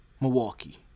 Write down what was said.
Milwaukee